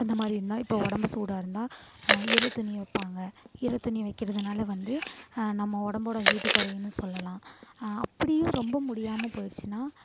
அந்தமாதிரி இருந்தால் இப்போ உடம்பு சூடாக இருந்தால் ஈர துணி வைப்பாங்க ஈர துணி வைக்கிறதுனால வந்து நம்ம உடம்போட ஹீட்டு குறையுனு சொல்லலாம் அப்படியும் ரொம்ப முடியாமல் போய்டுச்சுன்னா